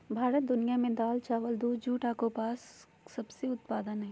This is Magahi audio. भारत दुनिया में दाल, चावल, दूध, जूट आ कपास के सबसे उत्पादन हइ